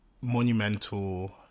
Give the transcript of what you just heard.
monumental